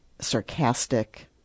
sarcastic